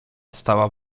stała